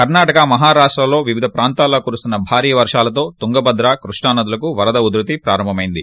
కర్ణాటక మహారాష్టలోని వివిధ ప్రాంతాల్లో కురుస్తున్న భారీ వర్షాలతో తుంగభద్ర కృష్ణా నదులకు వరద ఉద్భతి ప్రారంభమైంది